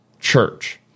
church